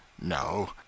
No